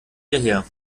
hierher